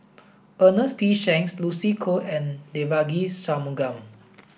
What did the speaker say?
Ernest P Shanks Lucy Koh and Devagi Sanmugam